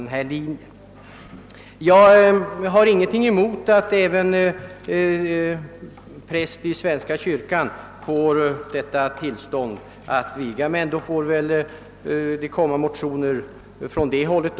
Jag har givetvis ingenting emot att även präster i svenska kyrkan får utvidgat tillstånd att viga. Det går självfallet bra att motionera även om den saken.